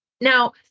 Now